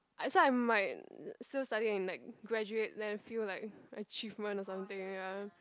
I so I might still study and like graduate then feel like achievement or something ya